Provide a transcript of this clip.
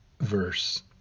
verse